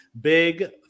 Big